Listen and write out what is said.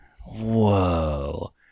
Whoa